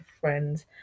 friends